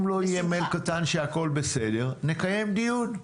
אם לא יהיה מייל קטן שהכול בסדר, נקיים דיון.